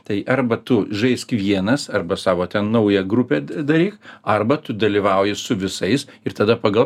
tai arba tu žaisk vienas arba savo ten naują grupę daryk arba tu dalyvauji su visais ir tada pagal